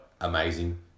Amazing